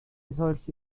solche